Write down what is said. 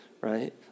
right